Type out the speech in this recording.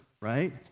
right